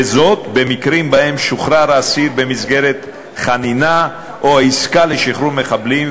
וזאת במקרים שבהם שוחרר האסיר במסגרת חנינה או עסקה לשחרור מחבלים,